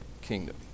kingdom